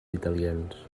italians